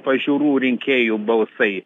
pažiūrų rinkėjų balsai